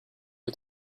est